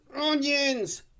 onions